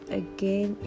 again